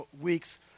weeks